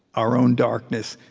our own darkness,